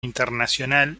internacional